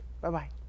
Bye-bye